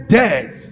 death